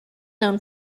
known